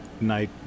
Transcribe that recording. night